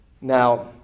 Now